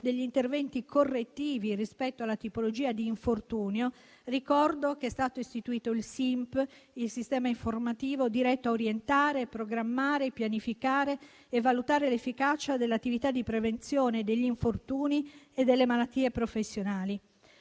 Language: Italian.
degli interventi correttivi rispetto alla tipologia di infortunio, ricordo che è stato istituito il Sistema informativo nazionale per la prevenzione (SINP), diretto a orientare, programmare, pianificare e valutare l'efficacia dell'attività di prevenzione degli infortuni e delle malattie professionali.